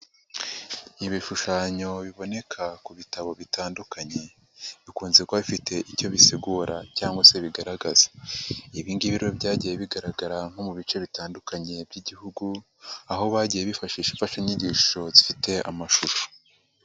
Ibishushanyo biboneka ku bitabo bitandukanye bikunze kuba bifite icyo bisigura cyangwa se bigaragaza ibi ngibi rero byagiye bigaragara nko mu bice bitandukanye by'Igihugu aho bagiye bifashisha imfashanyigisho zifite amashusho.